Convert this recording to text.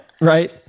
Right